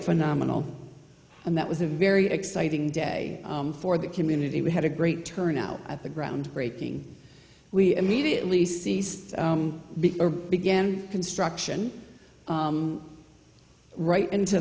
phenomenal and that was a very exciting day for the community we had a great turnout at the ground breaking we immediately cease fire began construction right into